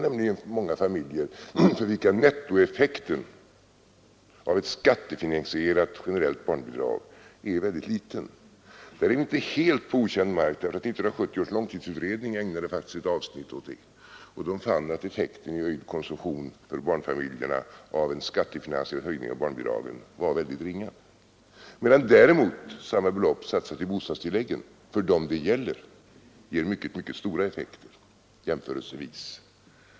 För många familjer är nämligen nettoeffekten av ett skattefinansierat generellt barnbidrag väldigt liten. Där är vi inte helt på okänd mark, därför att 1970 års långtidsutredning faktiskt ägnade ett avsnitt åt detta. Utredningen fann att effekterna ur konsumtionssynpunkt för barnfamiljerna av en skattefinansierad höjning av barnbidragen var mycket ringa. Om däremot samma belopp satsas på bostadstilläggen för dem det gällde blir effekten — jämförelsevis — mycket stor.